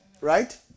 right